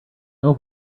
know